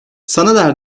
sanader